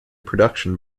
production